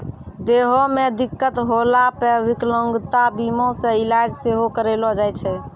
देहो मे दिक्कत होला पे विकलांगता बीमा से इलाज सेहो करैलो जाय छै